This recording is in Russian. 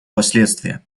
последствия